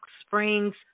springs